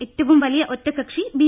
ഏറ്റവും വലിയ ഒറ്റകക്ഷി ബി